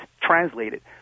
translated